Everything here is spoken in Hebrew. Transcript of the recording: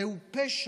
זהו פשע,